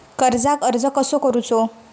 कर्जाक अर्ज कसो करूचो?